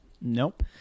Nope